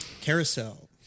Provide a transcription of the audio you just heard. Carousel